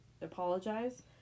apologize